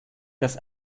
dass